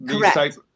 correct